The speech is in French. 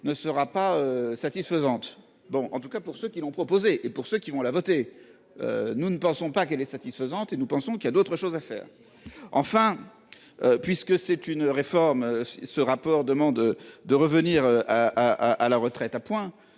ne sera pas satisfaisante. Bon en tout cas pour ceux qui l'ont proposé et pour ceux qui vont la voter. Nous ne pensons pas qu'elle est satisfaisante et nous pensons qu'il y a d'autres choses à faire. Enfin. Puisque c'est une réforme ce rapport demande de revenir. À à la retraite à points.